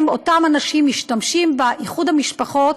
אותם אנשים משתמשים באיחוד המשפחות